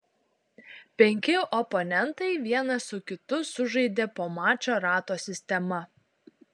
penki oponentai vienas su kitu sužaidė po mačą rato sistema